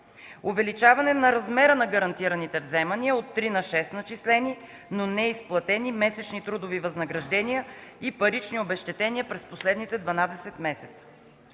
увеличаване на размера на гарантираните вземания от 3 на 6 начислени, но неизплатени месечни трудови възнаграждения и парични обезщетения през последните 12 месеца.